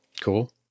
Cool